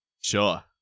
Sure